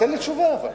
תן לי תשובה אבל.